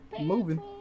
moving